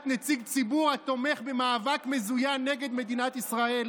נציג ציבור התומך במאבק מזוין נגד מדינת ישראל,